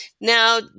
Now